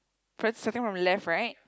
first starting from the left right